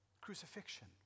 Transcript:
crucifixion